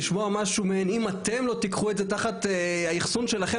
לשמוע משהו מעין "אם אתם לא תיקחו את זה תחת האחסון שלכם,